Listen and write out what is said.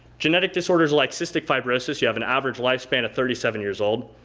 genetic disorders like cystic fibrosis, you have an average lifespan of thirty seven years old.